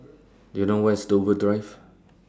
Do YOU know Where IS Dover Drive